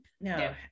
no